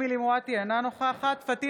אפשר לתת,